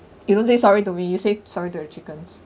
you don't say sorry to me you say sorry to your chickens